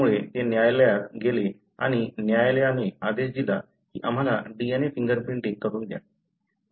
त्यामुळे ते न्यायालयात गेले आणि न्यायालयाने आदेश दिला की आम्हाला DNA फिंगर प्रिंटिंग करू द्या